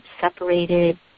separated